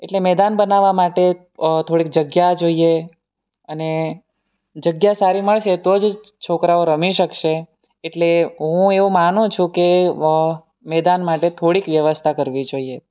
એટલે મેદાન બનાવવા માટે થોડીક જગ્યા જોઈએ અને જગ્યા સારી મળશે તો જ છોકરાઓ રમી શકશે એટલે હું એવું માનું છું કે મેદાન માટે થોડીક વ્યવસ્થા કરવી જોઈએ